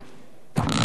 (תיקון מס' 10),